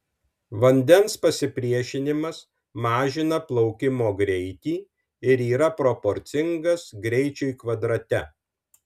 vandens pasipriešinimas mažina plaukimo greitį ir yra proporcingas greičiui kvadrate